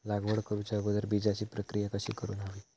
लागवड करूच्या अगोदर बिजाची प्रकिया कशी करून हवी?